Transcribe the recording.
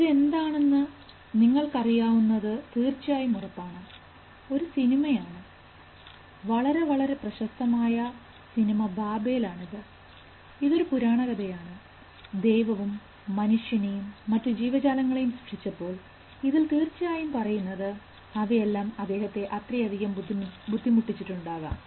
ഇത് എന്താണെന്ന് നിങ്ങൾക്കറിയാവുന്ന തീർച്ചയായും ഉറപ്പാണ് ഒരു സിനിമയാണ് വളരെ വളരെ പ്രശസ്തമായ മായ സിനിമ ബാബേൽ ആണിത് ഇതൊരു പുരാണ കഥയാണ് ദൈവം മനുഷ്യനെയും മറ്റു ജീവജാലങ്ങളെയും സൃഷ്ടിച്ചപ്പോൾ ഇതിൽ തീർച്ചയായും പറയുന്നത് അവയെല്ലാം അദ്ദേഹത്തെ അത്രയധികം ബുദ്ധിമുട്ടിച്ചു ഉണ്ടാകാം